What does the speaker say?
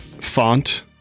font